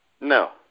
No